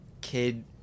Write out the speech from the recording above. kid